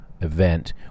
event